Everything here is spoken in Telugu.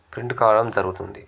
ప్రింట్ కావడం జరుగుతుంది